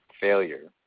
failure